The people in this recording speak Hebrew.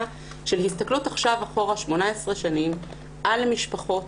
של הסתכלות עכשיו של 18 שנים אחורה על משפחות